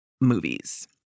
movies